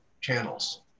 channels